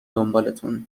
دنبالتون